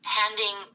handing